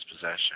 possession